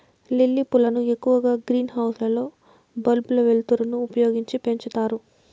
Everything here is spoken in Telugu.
లిల్లీ పూలను ఎక్కువగా గ్రీన్ హౌస్ లలో బల్బుల వెలుతురును ఉపయోగించి పెంచుతారు